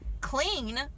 clean